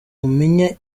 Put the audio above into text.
umenya